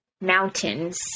mountains